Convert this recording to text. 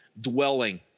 dwelling